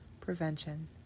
Prevention